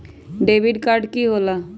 Debit card की होला?